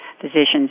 physicians